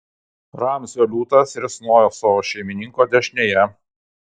ramzio liūtas risnojo savo šeimininko dešinėje